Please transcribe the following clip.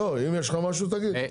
לא, אם יש לך משהו, תגיד.